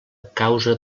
causa